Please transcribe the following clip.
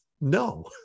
no